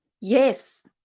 yes